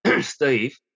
steve